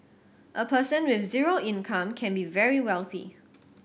a person with zero income can be very wealthy